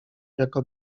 jako